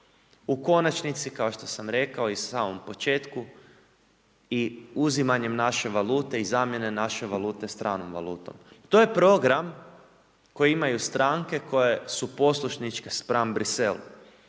u konačnici kao što sam rekao i samom početku i uzimanjem naše valute i zamjene naše valute stranom valutom. To je program koji imaju stranke koje su poslušničke spram Bruxellesa.